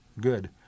good